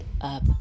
up